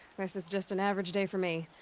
this is just an average day for me.